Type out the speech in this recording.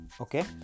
okay